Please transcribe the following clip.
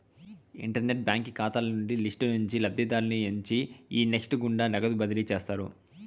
internet బాంకీ కాతాల list నుంచి లబ్ధిదారుని ఎంచి ఈ నెస్ట్ గుండా నగదు బదిలీ చేస్తారు